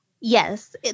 yes